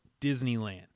Disneyland